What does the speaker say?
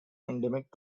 endemic